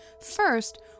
First